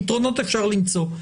פתרונות אפשר למצוא.